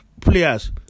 players